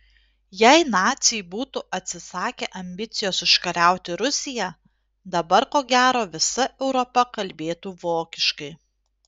jei naciai būtų atsisakę ambicijos užkariauti rusiją dabar ko gero visa europa kalbėtų vokiškai